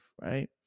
right